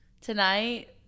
tonight